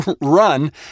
run